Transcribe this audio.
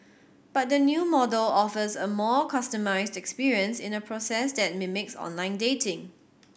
but the new model offers a more customised experience in a process that mimics online dating